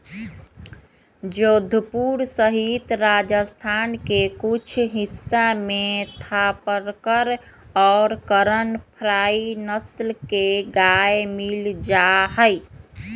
जोधपुर सहित राजस्थान के कुछ हिस्सा में थापरकर और करन फ्राइ नस्ल के गाय मील जाहई